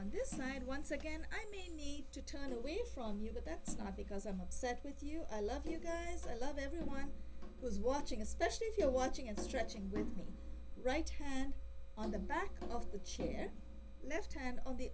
on this side once again i'm in need to turn away from you but that's not because i'm upset with you i love you girls i love everyone was watching especially if you're watching and stretching with me right hand on the back of the chair left hand on the